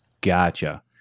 Gotcha